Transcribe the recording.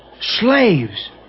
Slaves